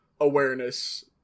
awareness